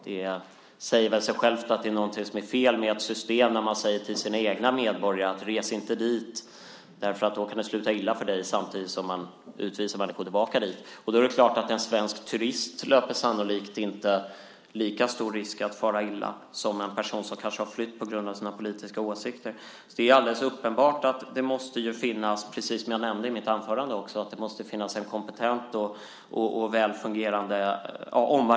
Det säger väl sig självt att det är fel med ett system där man säger till sina egna medborgare att det är farligt att resa dit samtidigt som man utvisar människor dit. Det är klart att en svensk turist inte löper lika stor risk att fara illa som en person som kanske har flytt på grund av sina politiska åsikter. Det är alldeles uppenbart att det måste finnas en kompetent och väl fungerande omvärldsanalys, som jag kallade det i mitt anförande.